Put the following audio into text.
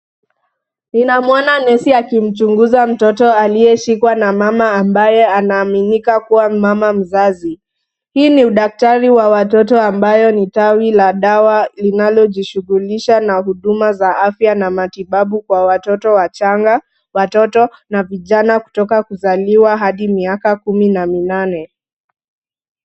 Ninamwona nesi akimchunguza mtoto aliyeshikwa na mama ambaye anaaminika kuwa mama mzazi . Hii ni udaktari wa watoto ambayo ni tawi la dawa linalojishughulisha na huduma za afya na matibabu kwa watoto wachanga , watoto na vijana kutoka kuzaliwa hadi miaka kumi na minane.